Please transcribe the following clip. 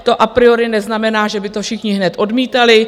To a priori neznamená, že by to všichni hned odmítali.